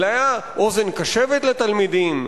אלא היה אוזן קשבת לתלמידים,